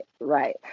right